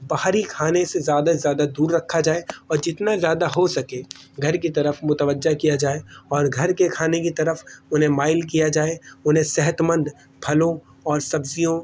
باہری کھانے سے زیادہ سے زیادہ دور رکھا جائے اور جتنا زیادہ ہو سکے گھر کی طرف متوجہ کیا جائے اور گھر کے کھانے کی طرف انہیں مائل کیا جائے انہیں صحتمند پھلوں اور سبزیوں